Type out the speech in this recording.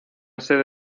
sede